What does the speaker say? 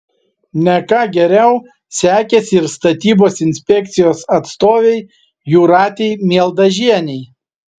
ne ką geriau sekėsi ir statybos inspekcijos atstovei jūratei mieldažienei